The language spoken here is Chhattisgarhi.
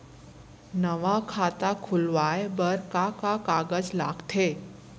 नवा खाता खुलवाए बर का का कागज लगथे?